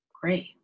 Great